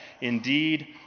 indeed